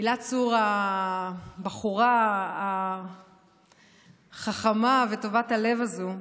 הילה צור, הבחורה החכמה וטובת הלב הזו,